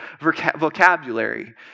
vocabulary